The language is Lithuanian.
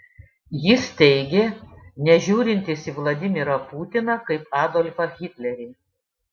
jis teigė nežiūrintis į vladimirą putiną kaip adolfą hitlerį